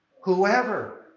Whoever